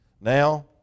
Now